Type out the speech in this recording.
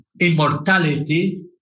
immortality